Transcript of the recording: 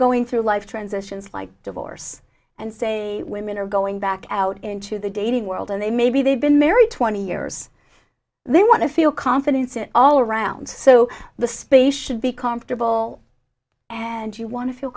going through life transitions like divorce and say women are going back out into the dating world and they maybe they've been married twenty years they want to feel confident all around so the space should be comfortable and you want to feel